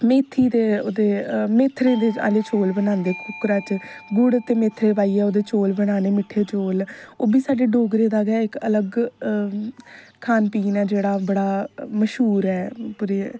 मेथी दे ओहदे मेथरे आहले चौल बनांदे कुक्करे बिच गुड़ दे मेथरे पाइये ओहदे चौल बनाने मिट्ठे चौल ओह् बी साढ़े डोगरें दा गै इक अलग खान पीन ऐ जेहड़ा बड़ा मश्हूर ऐ पूरे